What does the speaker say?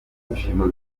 ibyishimo